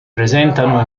presentano